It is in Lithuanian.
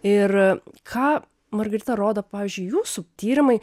ir ką margarita rodo pavyzdžiui jūsų tyrimai